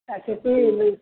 ଆଉ ସେଇଠି